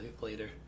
later